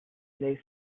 they